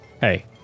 Hey